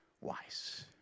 wise